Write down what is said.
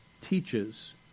teaches